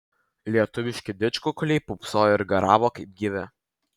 lietuviški didžkukuliai pūpsojo ir garavo kaip gyvi